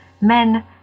men